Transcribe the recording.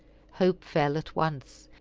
hope fell at once.